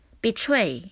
Betray